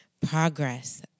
progress